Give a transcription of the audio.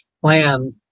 plan